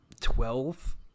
Twelve